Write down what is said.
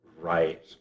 right